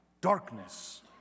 darkness